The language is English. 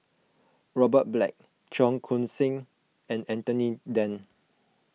Robert Black Cheong Koon Seng and Anthony then